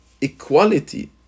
equality